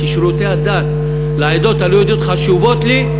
כי שירותי הדת לעדות הלא-יהודיות חשובים לי,